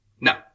No